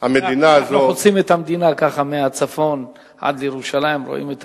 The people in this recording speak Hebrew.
אנחנו חוצים את המדינה מהצפון עד לירושלים ורואים את